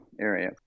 area